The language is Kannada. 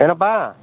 ಏನಪ್ಪ